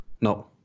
No